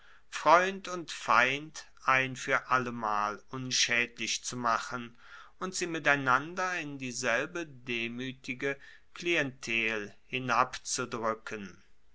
freund und feind ein fuer allemal unschaedlich zu machen und sie miteinander in dieselbe demuetige klientel